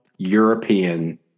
european